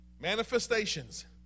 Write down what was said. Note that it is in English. Manifestations